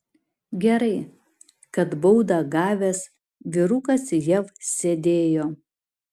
gerai kad baudą gavęs vyrukas jav sėdėjo